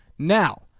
Now